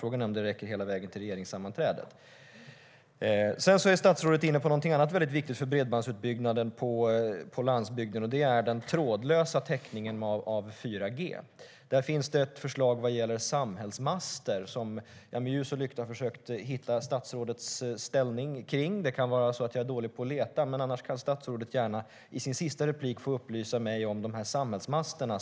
Frågan är om det räcker hela vägen till regeringssammanträdet. Statsrådet är inne på något annat viktigt för bredbandsutbyggnaden på landsbygden, nämligen den trådlösa täckningen av 4G. Där finns ett förslag vad gäller samhällsmaster, där jag med ljus och lykta försökte hitta statsrådets ställningstagande. Det kan vara så att jag är dålig på att leta, men annars kan statsrådet gärna i sitt sista inlägg få upplysa mig om samhällsmasterna.